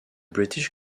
british